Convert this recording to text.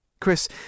Chris